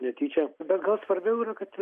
netyčia bet gal svarbiau yra kad